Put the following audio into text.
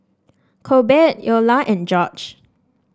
Corbett Eola and George